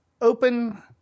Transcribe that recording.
open